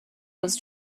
was